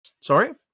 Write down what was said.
Sorry